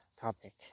topic